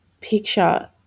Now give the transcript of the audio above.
picture